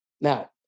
Now